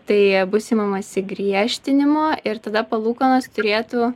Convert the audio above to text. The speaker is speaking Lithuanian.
tai bus imamasi griežtinimo ir tada palūkanos turėtų